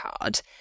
Card